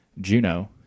Juno